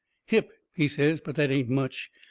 hip, he says, but that ain't much.